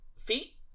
feet